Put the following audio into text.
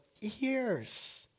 years